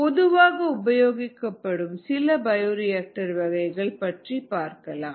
பொதுவாக உபயோகிக்கப்படும் சில பயோரியாக்டர் வகைகளைப் பற்றிப் பார்க்கலாம்